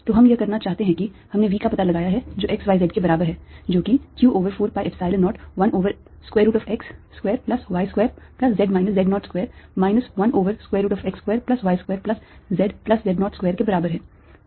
तो हम यह करना चाहते हैं कि हमने V का पता लगाया है जो x y z के बराबर है जो कि q over 4 pi Epsilon 0 1 over square root of x square plus y square plus z minus z 0 square minus 1 over square root of x square plus y square plus z plus z 0 square के बराबर है